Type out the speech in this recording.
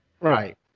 Right